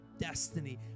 destiny